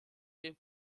dem